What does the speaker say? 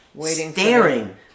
staring